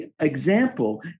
example